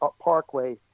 Parkway